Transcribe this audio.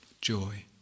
Joy